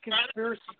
conspiracy